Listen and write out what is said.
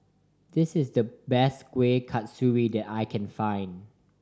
this is the best Kueh Kasturi that I can find